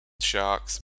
sharks